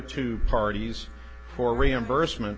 two parties for reimbursement